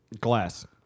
Glass